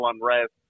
unrest